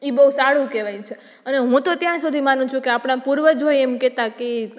ઈ બહુ સારું કેવાય છે અને હું તો ત્યાં સુધી માનું છું કે આપણા પૂર્વજોએ એમ કહેતા કે